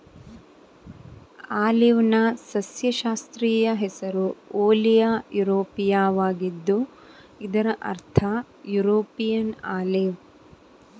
ಆಲಿವ್ನ ಸಸ್ಯಶಾಸ್ತ್ರೀಯ ಹೆಸರು ಓಲಿಯಾ ಯುರೋಪಿಯಾವಾಗಿದ್ದು ಇದರ ಅರ್ಥ ಯುರೋಪಿಯನ್ ಆಲಿವ್